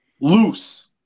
loose